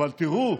אבל תראו,